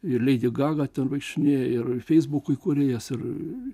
ir leidi gaga ten vaikstinėja ir feisbukui kūrėjas ir